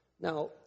Now